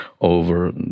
over